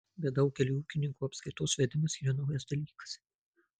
bet daugeliui ūkininkų apskaitos vedimas yra naujas dalykas